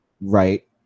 right